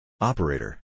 Operator